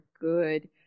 good